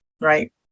right